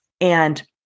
And-